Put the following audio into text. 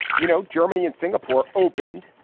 you know, germany and singapore opened,